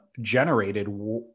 generated